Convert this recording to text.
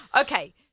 Okay